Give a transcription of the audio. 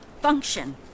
function